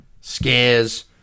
scares